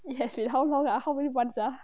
it has been how long ah how many [one] ah